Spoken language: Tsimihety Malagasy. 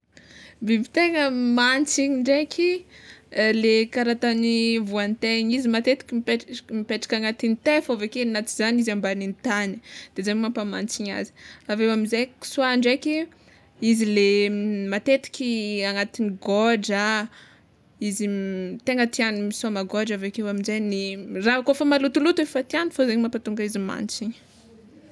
Biby tegna mantsigny ndraiky le kara tany voan-tainy izy matetiky mipetrak- mipetraka agnatin'ny tay fô aveke raha tsy zany izy ambanin'ny tany, de zay mampamantsigny azy, aveo amizay kisoà ndraiky, izy le matetiky agnatin'ny gôdra, izy tegna tiàgny misaoma gôdra avekeo amonjegny raha kôfa malotoloto efa tiagny fôgna zay mahatonga izy mantsigny.